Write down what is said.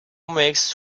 makes